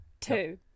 Two